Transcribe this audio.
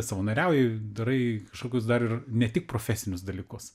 savanoriauji darai kažkokius dar ir ne tik profesinius dalykus